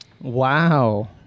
Wow